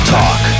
talk